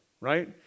right